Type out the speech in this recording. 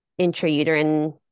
intrauterine